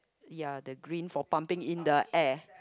ya the green for pumping in the air